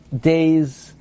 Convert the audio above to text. days